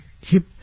keep